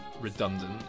redundant